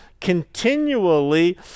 continually